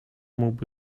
mógłby